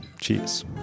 cheers